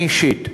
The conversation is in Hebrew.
אני אישית,